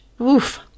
oof